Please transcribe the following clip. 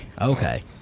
Okay